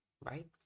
right